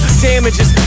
damages